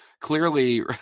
clearly